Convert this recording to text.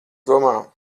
domā